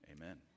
Amen